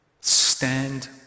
stand